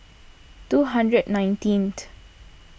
two hundred nineteenth